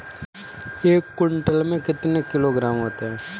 एक क्विंटल में कितने किलोग्राम होते हैं?